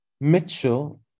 Mitchell